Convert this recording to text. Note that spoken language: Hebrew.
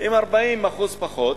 ב-40% פחות,